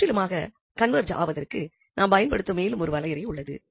முற்றிலுமாக கன்வெர்ஜ் ஆவதற்கு நாம் பயன்படுத்தும் மேலும் ஒரு வரையறை உள்ளது